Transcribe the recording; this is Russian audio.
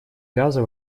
газа